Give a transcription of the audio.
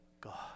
God